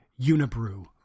Unibrew